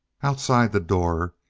outside the door,